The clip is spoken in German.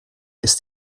ist